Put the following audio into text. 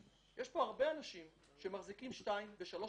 פה הרבה אנשים שמחזיקים שתיים, שלוש